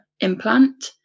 implant